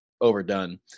overdone